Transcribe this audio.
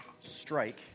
strike